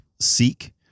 seek